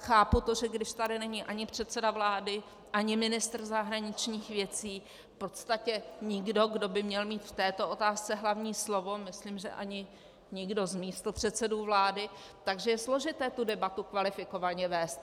Chápu to, že když tady není ani předseda vlády ani ministr zahraničních věcí, v podstatě nikdo, kdo by měl mít v této otázce hlavní slovo, myslím, že ani nikdo z místopředsedů vlády, tak že je složité tu debatu kvalifikovaně vést.